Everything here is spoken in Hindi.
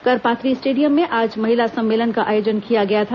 करपात्री स्टेडियम में आज महिला सम्मेलन का आयोजन किया गया था